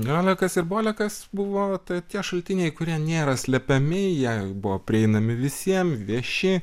liolekas ir bolekas buvo tai tie šaltiniai kurie nėra slepiami jie buvo prieinami visiem vieši